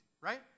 Right